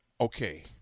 okay